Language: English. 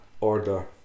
order